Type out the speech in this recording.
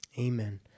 amen